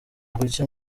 gucya